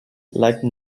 like